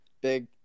Big